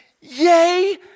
Yay